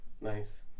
Nice